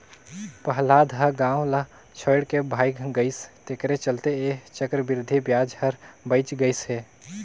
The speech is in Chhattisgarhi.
पहलाद ह गाव ल छोएड के भाएग गइस तेखरे चलते ऐ चक्रबृद्धि बियाज हर बांएच गइस हे